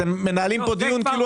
כבר